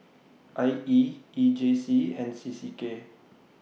I E E J C and C C K